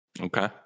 Okay